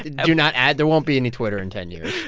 do not at there won't be any twitter in ten years